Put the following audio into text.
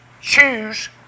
Choose